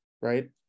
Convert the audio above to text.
right